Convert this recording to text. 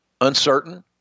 uncertain